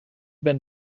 been